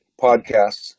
Podcasts